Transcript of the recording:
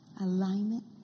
Alignment